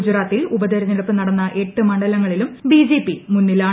ഗുജറാത്തിൽ ഉപതിരഞ്ഞെടുപ്പ് നടന്ന എട്ട് മണ്ഡലങ്ങളിലും ബിജെപി മുന്നിലാണ്